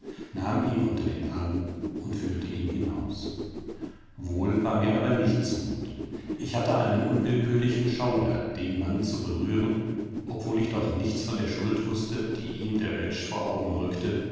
nahm ihn unter den arm und führte ihn hinaus wohl war mir aber nicht zumut ich hatte einen unwillkürlichen schauder den mann zu berühren obwohl ich doch nichts von der schuld wußte die ihm der oetsch vor augen rückte